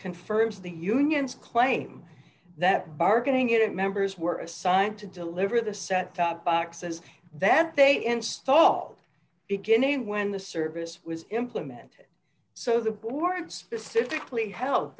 confirms the union's claim that bargaining it members were assigned to deliver the set top boxes that they installed beginning when the service was implemented so the board specifically hel